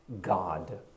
God